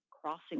crossing